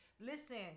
listen